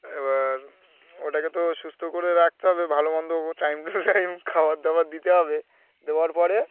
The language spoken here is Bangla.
এবার ওটাকে তো সুস্থ করে রাখতে হবে ভালো মন্দ টাইম টু টাইম খাবার দাবার দিতে হবে দেওয়ার পরে